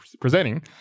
presenting